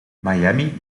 miami